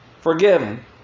forgiven